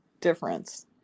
difference